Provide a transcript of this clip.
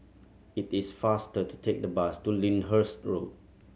it is faster to take the bus to Lyndhurst Road